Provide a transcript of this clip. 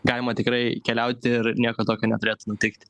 galima tikrai keliauti ir nieko tokio neturėtų nutikti